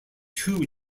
two